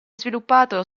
sviluppato